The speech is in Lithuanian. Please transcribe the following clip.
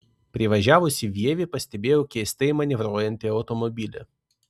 privažiavusi vievį pastebėjau keistai manevruojantį automobilį